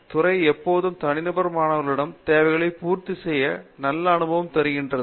துறை எப்போதும் தனிநபர் மாணவர்களின் தேவைகளை பூர்த்தி செய்து நல்ல அனுபவம் தருகிறது